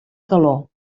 calor